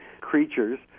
creatures